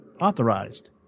authorized